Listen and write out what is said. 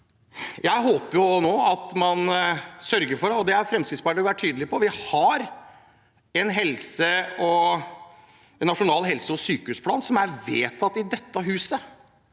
Jeg håper nå at man sørger for, og det har Fremskrittspartiet vært tydelig på, at den nasjonale helse- og sykehusplanen som er vedtatt i dette huset,